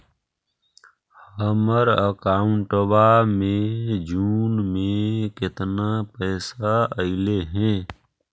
हमर अकाउँटवा मे जून में केतना पैसा अईले हे?